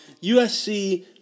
USC